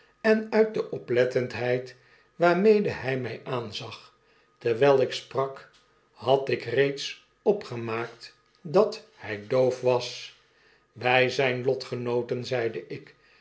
en uit de oplettendheid waarmede hy my aanzag terwyl ik sprak had ik reeds opgemaakt dat hij doof was wy zyn lotgenooten zeide ik